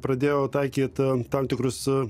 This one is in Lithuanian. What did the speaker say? pradėjo taikyt tam tikrus